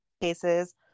cases